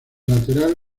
lateral